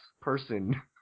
person